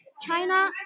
China